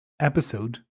episode